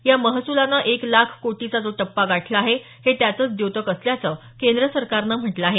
या महसुलानं एक लाख कोटीचा जो टप्पा गाठला आहे हे त्याचचं द्योतक असल्याचं केंद्र सरकारनं म्हटलं आहे